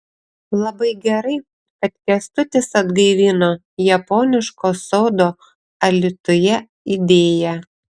labai gerai kad kęstutis atgaivino japoniško sodo alytuje idėją